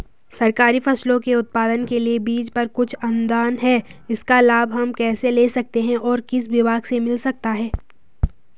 सरकारी फसलों के उत्पादन के लिए बीज पर कुछ अनुदान है इसका लाभ हम कैसे ले सकते हैं और किस विभाग से मिल सकता है?